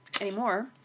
anymore